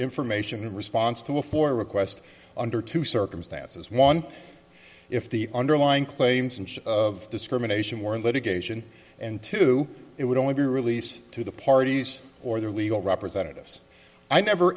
information in response to a four request under two circumstances one if the underlying claims and of discrimination were in litigation and two it would only be released to the parties or their legal representatives i never